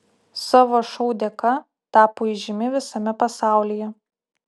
savo šou dėka tapo įžymi visame pasaulyje